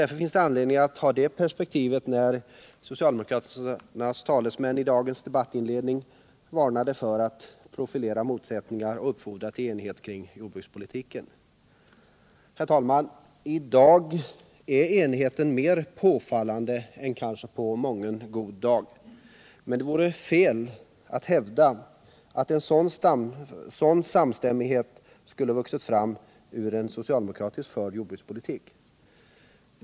Därför finns det anledning att ha det perspektivet när socialdemokraternas talesman i dagens debattinledning varnade för att profilera motsättningar och uppfordrade till enighet kring jordbrukspolitiken. Herr talman! I dag är enigheten mer påfallande än kanske på mången god dag, men det vore fel att hävda att en sådan samstämmighet skulle ha vuxit fram ur en socialdemokratiskt förd jordbrukspolitik.